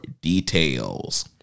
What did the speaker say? details